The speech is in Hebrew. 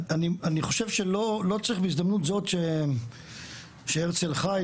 אני חושב שלא צריך בהזדמנות זו שהרצל חי,